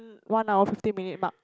one hour fifteen minute mark